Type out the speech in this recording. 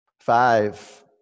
Five